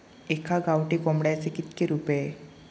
एका गावठी कोंबड्याचे कितके रुपये?